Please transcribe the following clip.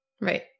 Right